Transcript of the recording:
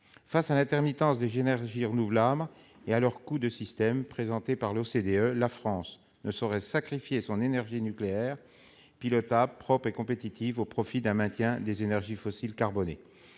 Face à l'intermittence des énergies renouvelables et à leurs coûts de système, soulignés par l'OCDE, la France ne saurait sacrifier son énergie nucléaire pilotable, propre et compétitive, au profit du maintien des énergies fossiles carbonées.